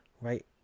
Right